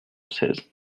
seize